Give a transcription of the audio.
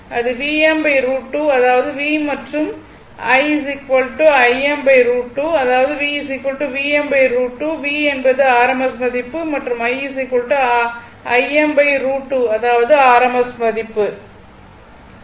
அது Vm √2 அதாவது V மற்றும் I Im √ 2 அதாவது V Vm√ 2 V என்பது rms மதிப்பு மற்றும் I Im √ 2 அதாவது rms மதிப்பு ஆகும்